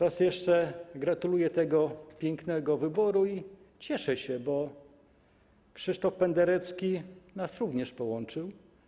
Raz jeszcze gratuluję tego pięknego wyboru i cieszę się, że Krzysztof Penderecki nas również połączył.